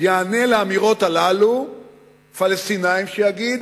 יענה לאמירות הללו פלסטיני ויגיד: